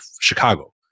Chicago